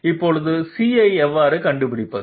இப்போது c ஐ எவ்வாறு கண்டுபிடிப்பது